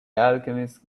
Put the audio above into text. alchemist